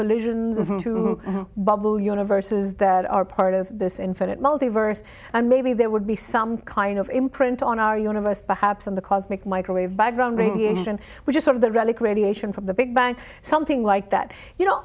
collisions of into bubble universes that are part of this infinite multiverse and maybe there would be some kind of imprint on our universe perhaps in the cosmic microwave background radiation which is sort of the relic radiation from the big bang something like that you know